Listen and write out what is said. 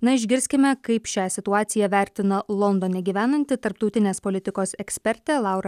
na išgirskime kaip šią situaciją vertina londone gyvenanti tarptautinės politikos ekspertė laura